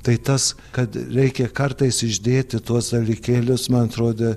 tai tas kad reikia kartais išdėti tuos dalykėlius man atrodė